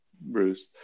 Bruce